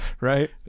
Right